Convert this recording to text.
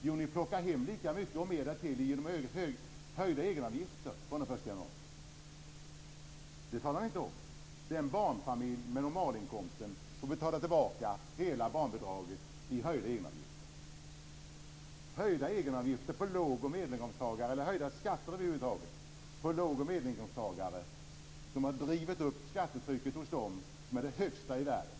Jo, man plockar hem lika mycket och mer därtill genom höjda egenavgifter från den 1 januari. Det talar man inte om. En barnfamilj med normal inkomst får betala tillbaka hela barnbidraget i höjda egenavgifter. Höjda egenavgifter eller höjda skatter över huvud taget för låg och medelinkomsttagare har drivit upp skattetrycket för dessa grupper till det högsta i världen.